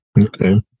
Okay